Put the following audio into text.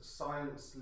science